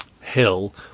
hill